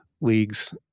leagues